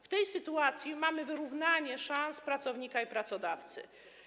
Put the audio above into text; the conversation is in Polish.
W tej sytuacji mamy wyrównanie szans pracownika i pracodawcy.